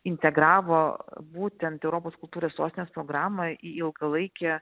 integravo būtent europos kultūros sostinės programą į ilgalaikę